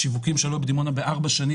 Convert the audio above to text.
השיווקים שהיו בדימונה בארבע שנים,